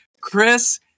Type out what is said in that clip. Chris